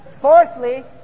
Fourthly